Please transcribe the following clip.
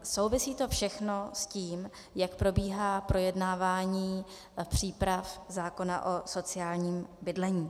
Souvisí to všechno s tím, jak probíhá projednávání příprav zákona o sociálním bydlení.